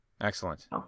Excellent